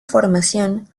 formación